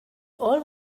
all